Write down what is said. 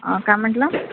अं काय म्हण्टला